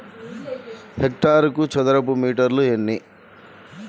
హెక్టారుకు చదరపు మీటర్లు ఎన్ని?